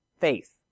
faith